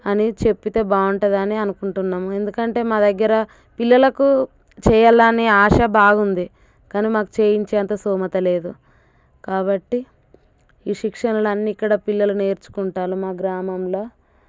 అని చెప్పితే బాగుంటుంది అనే అనుకుంటున్నాము ఎందుకంటే మా దగ్గర పిల్లలకు చేయాలనే ఆశ బాగుంది కానీ మాకు చేయించేంత స్థోమత లేదు కాబట్టి ఈ శిక్షణలన్నీ ఇక్కడ పిల్లలు నేర్చుకుంటారు మా గ్రామంలో